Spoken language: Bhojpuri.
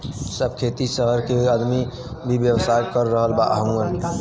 सब खेती सहर के आदमी भी व्यवसाय कर रहल हउवन